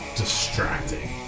distracting